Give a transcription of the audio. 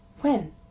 When